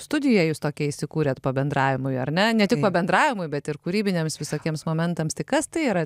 studiją jūs tokią įsikūrėt pabendravimui ar ne ne tik pabendravimui bet ir kūrybiniems visokiems momentams tai kas tai yra